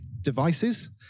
devices